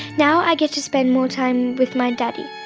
now i get to spend more time with my daddy.